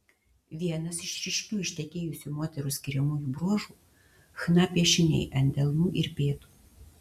vienas iš ryškių ištekėjusių moterų skiriamųjų bruožų chna piešiniai ant delnų ir pėdų